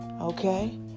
okay